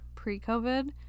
pre-covid